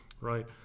right